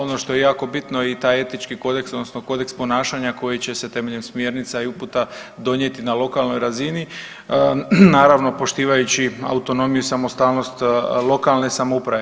Ono što je jako bitno i taj etički kodeks odnosno kodeks ponašanja koji će se temeljem smjernica i uputa donijeti na lokalnoj razini, naravno poštivajući autonomiju i samostalnost lokalne samouprave.